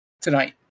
tonight